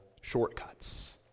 shortcuts